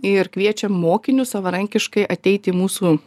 ir kviečiam mokinius savarankiškai ateiti į mūsų